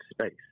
space